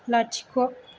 लाथिख'